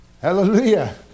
Hallelujah